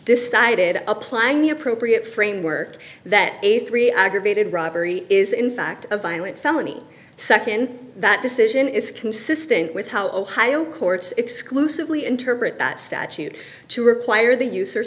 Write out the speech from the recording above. decided applying the appropriate framework that a three aggravated robbery is in fact a violent felony nd that decision is consistent with how ohio courts exclusively interpret that statute to require the use or